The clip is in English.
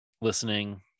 listening